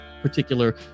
particular